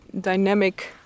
dynamic